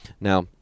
Now